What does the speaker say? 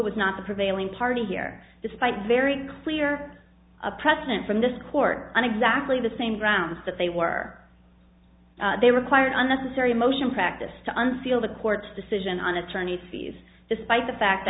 was not the prevailing party here despite very clear a precedent from this court on exactly the same grounds that they were they required another sorry motion practice to unseal the court's decision on attorney fees despite the fact